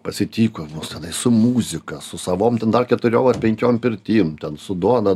pasitiko mus tenais su muzika su savom ten dar keturiom ar penkiom pirtim ten su duona